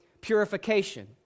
purification